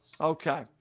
okay